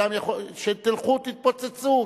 תלכו תתפוצצו,